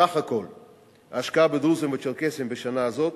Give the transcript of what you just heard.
סכום ההשקעה בדרוזים וצ'רקסים בשנה הזאת,